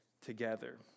together